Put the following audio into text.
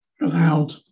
allowed